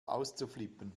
auszuflippen